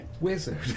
wizard